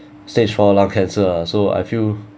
stage four lung cancer ah so I feel